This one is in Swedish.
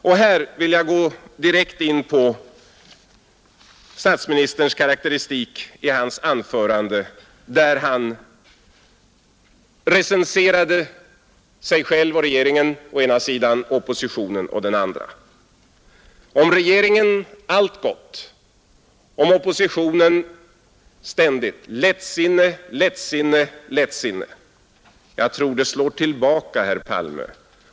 Och här vill jag gå direkt in på statsministerns karakteristik i hans anförande, där han recenserade sig själv och regeringen å ena sidan och oppositionen å andra sidan: Om regeringen allt gott, om oppositionen ständigt ”lättsinne, lättsinne, lättsinne”. Jag tror att det slår tillbaka, herr Palme.